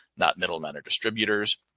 not middlemen or distributors.